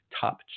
top